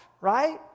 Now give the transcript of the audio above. right